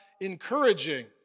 encouraging